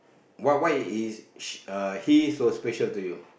why why is she he so special to you